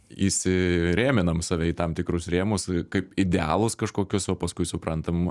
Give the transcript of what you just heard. įsirėminam save į tam tikrus rėmus kaip idealus kažkokius o paskui suprantam